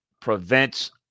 prevents